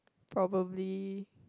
properly